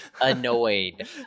annoyed